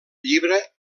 llibre